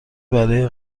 برای